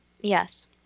Yes